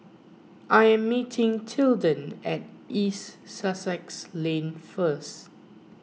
I am meeting Tilden at East Sussex Lane first